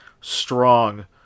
strong